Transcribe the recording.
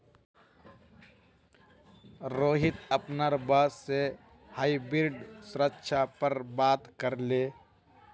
रोहित अपनार बॉस से हाइब्रिड सुरक्षा पर बात करले